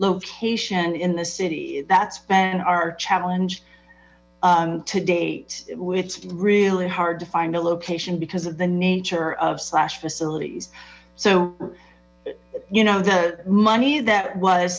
location in the city that's ben our challenge to date which is really hard to find a location because of the nature of slash facilities so you know the money that was